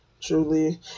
Truly